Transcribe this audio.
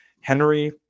Henry